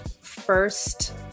first